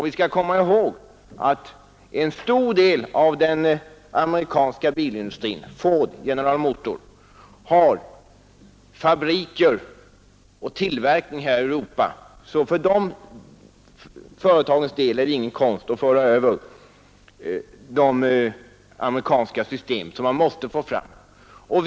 Vi skall komma ihåg att en stor del av den amerikanska bilindustrin — Ford, General Motors — har fabriker i Europa, och för dessa företags del är det ingen konst att föra över de system som de måste få fram i USA.